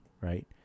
right